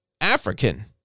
African